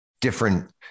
different